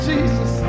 Jesus